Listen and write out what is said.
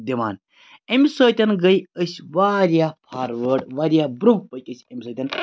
دِوان امہِ سۭتۍ گٔے أسۍ واریاہ فاروٲڈ واریاہ برونٛہہ پٔکۍ أسۍ امہِ سۭتۍ